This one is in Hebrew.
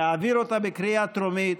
להעביר אותה בקריאה טרומית,